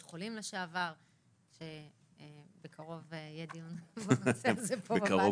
חולים לשעבר שבקרוב יהיה דיון בנושא הזה פה בוועדה.